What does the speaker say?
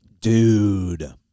Dude